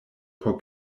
por